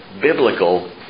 biblical